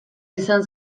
izan